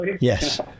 Yes